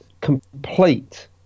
complete